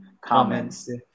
comments